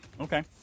Okay